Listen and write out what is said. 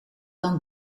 dan